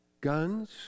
guns